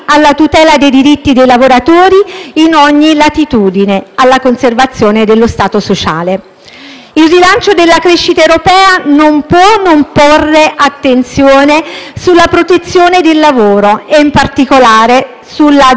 Il rilancio della crescita europea non può non porre attenzione alla protezione del lavoro e in particolare alla deflazione salariale, che agisce negativamente sulla domanda interna del Paese.